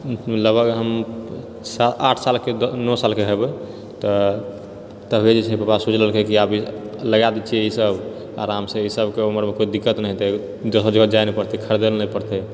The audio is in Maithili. लगभग हम आठ सालके नओ सालके हेबय तऽ तभि जैछे पप्पा सोचि लेलके कि आब ई लगा देछिए ई सब आरामसे इसबके उम्रमे कोइ दिक्कत नहि हेतय जगह जगह जाए नहि पड़ते खरीदय नहि पड़तै